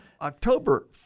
October